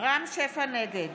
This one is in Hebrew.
נגד